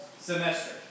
semester